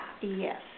Yes